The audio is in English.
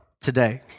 today